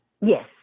Yes